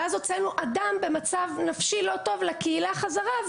ואז הוצאנו אדם במצב נפשי לא טוב לקהילה חזרה,